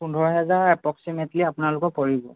পোন্ধৰ হেজাৰ এপ্ৰ'ক্সিমেটলি আপোনালোকৰ পৰিব